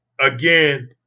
again